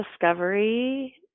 discovery